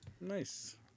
Nice